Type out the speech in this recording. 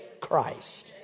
Christ